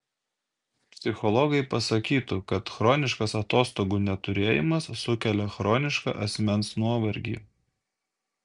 psichologai pasakytų kad chroniškas atostogų neturėjimas sukelia chronišką asmens nuovargį